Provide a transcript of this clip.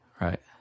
Right